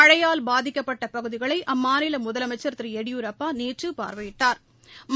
மழையால் பாதிக்கப்பட்ட பகுதிகளை அம்மாநில முதலமைச்சா் திரு எடியூரப்பா நேற்று பாா்வையிட்டாா்